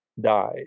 die